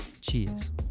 cheers